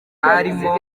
harimo